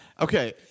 Okay